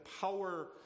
power